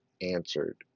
answered